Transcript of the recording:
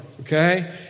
okay